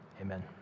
amen